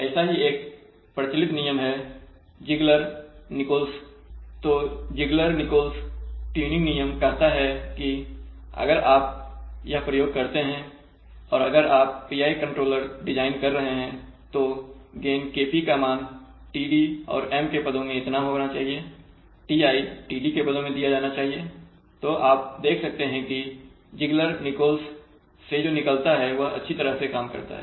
ऐसा ही एक प्रचलित नियम है ज़िग्लर निकोल्स तो ज़िग्लर निकोल्स ट्यूनिंग नियम कहता है कि अगर आप यह प्रयोग करते हैं और अगर आप PI कंट्रोलर डिजाइन कर रहे हैं तो गेन Kp का मान td और M के पदों में इतना होना चाहिए और Ti td के पदों में दिया जाना चाहिए तो आप देख सकते हैं कि Ziegler Nichols से जो निकलता है वह अच्छी तरह से काम करता है